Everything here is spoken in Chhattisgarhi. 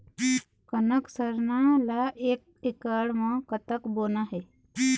कनक सरना ला एक एकड़ म कतक बोना हे?